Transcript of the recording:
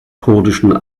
kurdischen